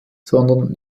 sondern